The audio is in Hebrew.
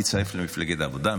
הוא הצטרף למפלגת העבודה.